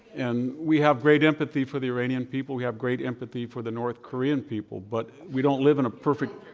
and we have great empathy for the iranian people. we have great empathy for the north korea people. but we don't live in a perfect